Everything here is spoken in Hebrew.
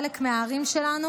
חלק מהערים שלנו